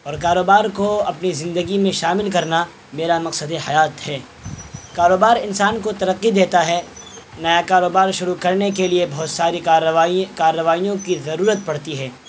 اور کاروبار کو اپنی زندگی میں شامل کرنا میرا مقصدِ حیات ہے کاروبار انسان کو ترقی دیتا ہے نیا کاروبار شروع کرنے کے لیے بہت ساری کارروائی کارروائیوں کی ضرورت پڑتی ہے